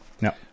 No